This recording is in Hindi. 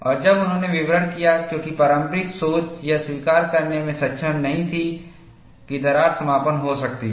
और जब उन्होंने विवरण किया क्योंकि पारंपरिक सोच यह स्वीकार करने में सक्षम नहीं थी कि दरार समापन हो सकती है